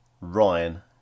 ryan